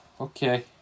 okay